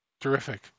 Terrific